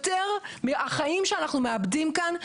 יותר מהחיים שאנחנו מאבדים כאן,